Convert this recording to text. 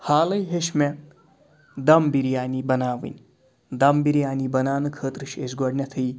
حالٕے ہیٚچھۍ مےٚ دَم بریانی بَناوٕنۍ دَم بریانی بَناونہٕ خٲطرٕ چھِ أسۍ گۄڈٕنٮ۪تھٕے